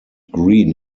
green